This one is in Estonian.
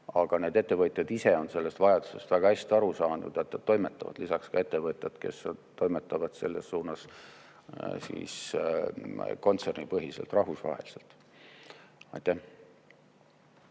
Aga need ettevõtjad ise on sellest vajadusest väga hästi aru saanud ja toimetavad. Lisaks ka ettevõtjad, kes toimetavad selles suunas kontsernipõhiselt rahvusvaheliselt. Aitäh!